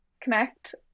connect